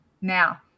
Now